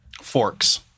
Forks